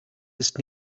ist